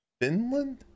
finland